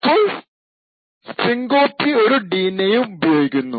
ഇപ്പോൾ strcpy ഒരു d name ഉപയോഗിക്കുന്നു